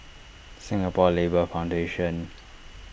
Singapore Labour Foundation